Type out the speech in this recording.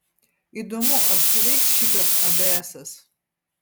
įdomu ar suveiks šįkart abėesas